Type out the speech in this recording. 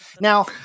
Now